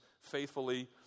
faithfully